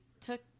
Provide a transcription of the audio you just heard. took